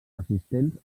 assistents